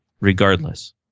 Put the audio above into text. regardless